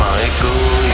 Michael